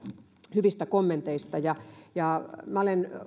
hyvistä kommenteista minä olen